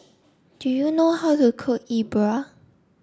do you know how to cook Yi Bua